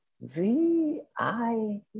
V-I-